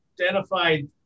identified